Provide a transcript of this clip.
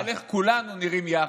על איך כולנו נראים יחד.